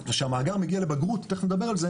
וכשהמאגר מגיע לבגרות ותיכף נדבר על זה,